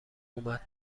اومد